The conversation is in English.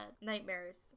nightmares